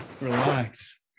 Relax